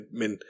men